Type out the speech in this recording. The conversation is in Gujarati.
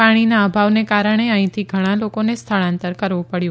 પાણીના અભાવને કારણે અહીંથી ઘણાં લોકોને સ્થળાંતર કરવું પડ્યું